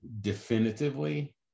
definitively